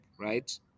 right